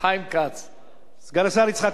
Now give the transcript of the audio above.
סגן השר יצחק כהן, אני אשתף אותך בנתונים.